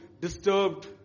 disturbed